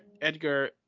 edgar